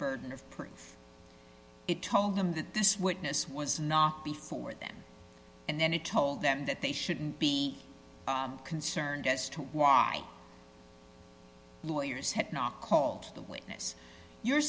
burden of proof it told them that this witness was not before them and then he told them that they shouldn't be concerned as to why lawyers had not called the witness you're